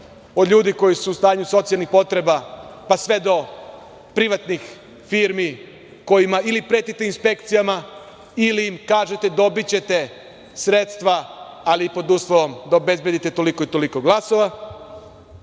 od ljudi koji su u stanju socijalnih potreba, pa sve do privatnih firmi kojima ili pretite inspekcijama ili im kažete - dobićete sredstva, ali i pod uslovom da obezbedite toliko i toliko